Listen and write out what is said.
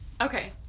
Okay